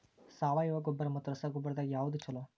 ಸಾವಯವ ಗೊಬ್ಬರ ಮತ್ತ ರಸಗೊಬ್ಬರದಾಗ ಯಾವದು ಛಲೋ?